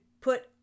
put